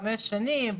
חמש שנים,